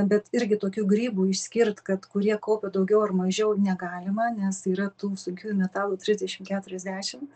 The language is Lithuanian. bet irgi tokių grybų išskirt kad kurie kaupia daugiau ar mažiau negalima nes yra tų sunkiųjų metalų trisdešimt keturiasdešimt